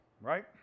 right